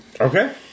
Okay